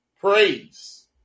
Praise